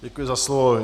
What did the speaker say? Děkuji za slovo.